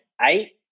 eight